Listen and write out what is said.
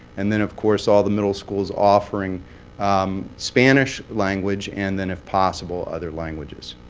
and then of course all the middle schools offering spanish language, and then, if possible, other languages.